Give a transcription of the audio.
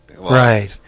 right